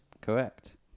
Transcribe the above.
Correct